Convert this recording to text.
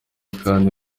kandi